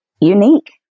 Unique